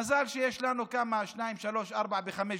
מזל שיש לנו כמה, שתיים, שלוש, ארבע, ב-5 ו-6.